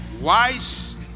wise